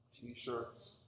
t-shirts